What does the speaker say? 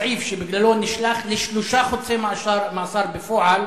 הסעיף שבגללו הוא נשלח לשלושה חודשי מאסר בפועל